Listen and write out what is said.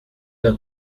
y’i